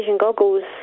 goggles